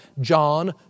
John